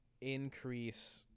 increase